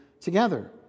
together